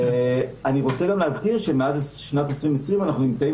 אני גם רוצה להזכיר שמאז שנת 2020 אנחנו נמצאים